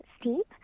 steep